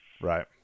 Right